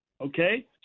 Okay